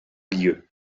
lieu